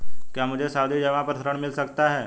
क्या मुझे सावधि जमा पर ऋण मिल सकता है?